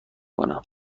کنم